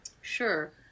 Sure